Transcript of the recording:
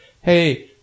hey